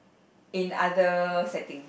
in other settings